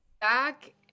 back